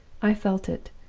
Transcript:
i felt it.